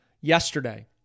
yesterday